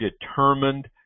determined